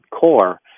core